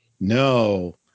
no